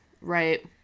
Right